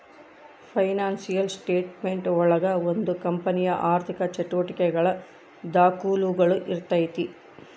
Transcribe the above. financial statement ಒಳಗ ಒಂದು ಕಂಪನಿಯ ಆರ್ಥಿಕ ಚಟುವಟಿಕೆಗಳ ದಾಖುಲುಗಳು ಇರ್ತೈತಿ